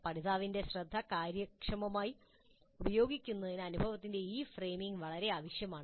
പഠിതാവിന്റെ ശ്രദ്ധ കാര്യക്ഷമമായി ഉപയോഗിക്കുന്നതിന് അനുഭവത്തിന്റെ ഈ ഫ്രെയിമിംഗ് ആവശ്യമാണ്